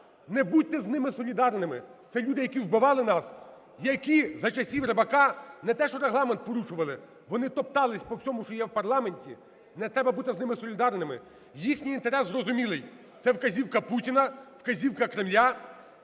Не будьте з ними солідарними. Це люди, які вбивали нас, які за часів Рибака не те, що Регламент порушували, вони топтались по всьому, що є в парламенті. Не треба бути з ними солідарними. Їхній інтерес зрозумілий – це вказівка Путіна, вказівка Кремля